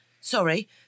sorry